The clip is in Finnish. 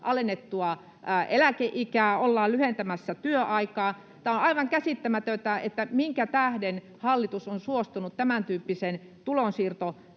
alennettua eläkeikää, ollaan lyhentämässä työaikaa. Tämä on aivan käsittämätöntä, minkä tähden hallitus on suostunut tämäntyyppiseen tulonsiirtojärjestelyyn.